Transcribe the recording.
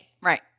Right